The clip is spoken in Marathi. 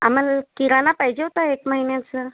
आम्हाला किराणा पाहिजे होता एक महिन्याचं